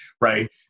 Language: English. right